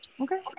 okay